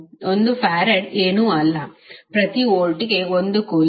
1 farad ಏನೂ ಅಲ್ಲ ಪ್ರತಿ ವೋಲ್ಟ್ಗೆ 1 ಕೂಲಂಬ್